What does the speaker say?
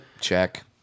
check